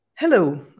Hello